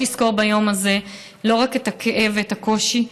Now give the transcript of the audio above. לזכור ביום הזה לא רק את הכאב ואת הקושי,